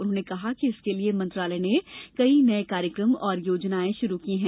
उन्होंने कहा कि इसके लिए मंत्रालय ने कई नये कार्यक्रम और योजनाएं शुरू की हैं